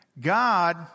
God